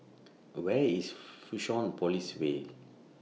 Where IS Fusionopolis Way